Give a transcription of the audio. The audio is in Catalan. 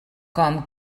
com